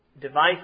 device